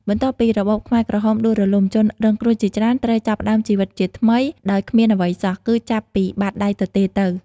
បន្ទាប់ពីរបបខ្មែរក្រហមដួលរលំ ជនរងគ្រោះជាច្រើនត្រូវចាប់ផ្តើមជីវិតជាថ្មីដោយគ្មានអ្វីសោះ គឺចាប់ពីបាតដៃទទេរទៅ។